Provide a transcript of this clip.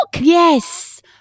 yes